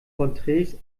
porträts